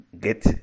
get